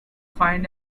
find